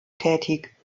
tätig